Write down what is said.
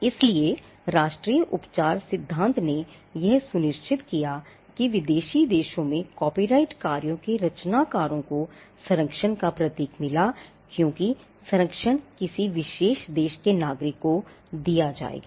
इसलिए राष्ट्रीय उपचार सिद्धांत ने यह सुनिश्चित किया कि विदेशी देशों में कॉपीराइट कार्य के रचनाकारों को संरक्षण का प्रतीक मिला क्योंकि संरक्षण किसी विशेष देश के नागरिक को दिया जाएगा